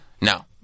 No